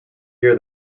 year